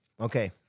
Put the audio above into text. okay